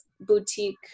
boutique